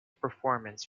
performance